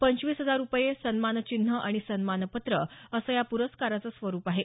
पंचवीस हजार रुपये सन्मान चिन्ह आणि सन्मानपत्र असं पुरस्काराचं स्वरुप आहे